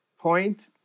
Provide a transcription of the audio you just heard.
point